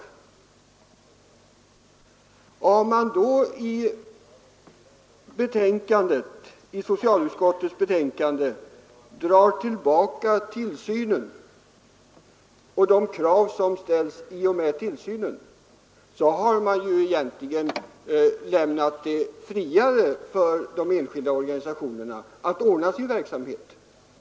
Om man då i socialutskottets betänkande drar tillbaka tillsynen och de krav som hänger samman med den, har de enskilda organisationerna egentligen fått mer frihet att ordna sin verksamhet.